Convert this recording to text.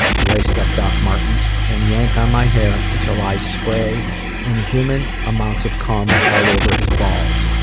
ah laced up doc martens and yank on my hair until i spray inhuman amounts of cum all over his balls.